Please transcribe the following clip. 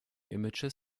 images